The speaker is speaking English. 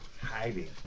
Hiding